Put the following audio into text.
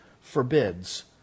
forbids